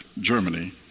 Germany